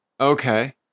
Okay